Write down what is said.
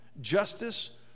justice